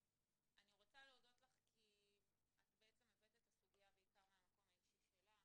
אני רוצה להודות לך כי את בעצם הבאת את הסוגיה בעיקר מהמקום האישי שלך,